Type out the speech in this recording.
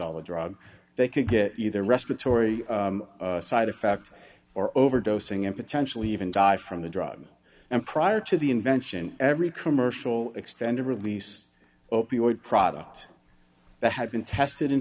all the drug they could get either respiratory side effect or overdosing and potentially even die from the drug and prior to the invention every commercial extended release opioid product that had been tested in